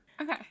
Okay